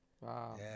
Wow